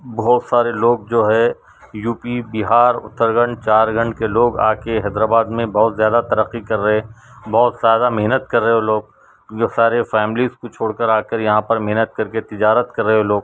بہت سارے لوگ جو ہے یو پی بہار اتّر گنج چار گنج کے لوگ آ کے حیدر آباد میں بہت زیادہ ترقی کر رہے بہت سارا محنت کر رہے وہ لوگ وہ سارے فیملیز کو چھوڑ کر آ کر یہاں پر محنت کر کے تجارت کر رہے وہ لوگ